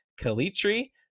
Kalitri